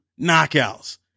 knockouts